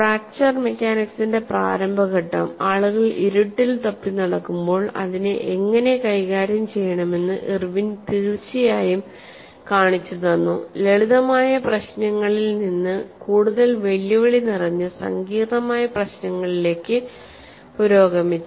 fracture മെക്കാനിക്സിന്റെ പ്രാരംഭ ഘട്ടം ആളുകൾ ഇരുട്ടിൽ തപ്പിനടക്കുമ്പോൾ അതിനെ എങ്ങനെ കൈകാര്യം ചെയ്യണമെന്ന് ഇർവിൻ തീർച്ചയായും കാണിച്ചുതന്നു ലളിതമായ പ്രശ്നങ്ങളിൽ നിന്ന് കൂടുതൽ വെല്ലുവിളി നിറഞ്ഞ സങ്കീർണ്ണമായ പ്രശ്നങ്ങളിലേക്ക് പുരോഗമിച്ചു